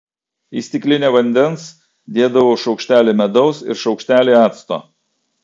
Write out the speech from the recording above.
į stiklinę vandens dėdavau šaukštelį medaus ir šaukštelį acto